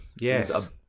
Yes